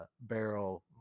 barrel